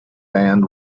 band